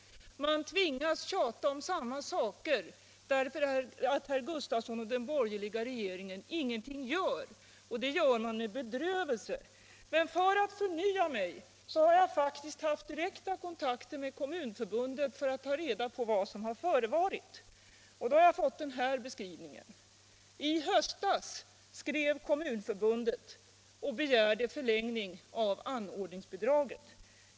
Man tvingas tjata om samma saker därför att herr Gustavsson och den borgerliga regeringen ingenting åstadkommer. Det gör man med bedrövelse. Men för att förnya mig har jag faktiskt haft direkta kontakter med Nr 95 Kommunförbundet för att ta reda på vad som förevarit och har fått den Torsdagen den här beskrivningen. 24 mars 1977 | I höstas skrev Kommunförbundet och begärde en förlängning avan= su ordningsbidraget.